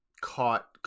caught